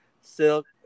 silk